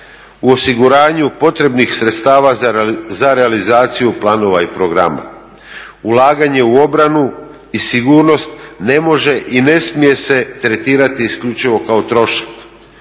u osiguranju potrebnih sredstava za realizaciju planova i programa. Ulaganje u obranu i sigurnost ne može i ne smije se tretirati isključivo kao trošak